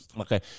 Okay